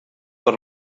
per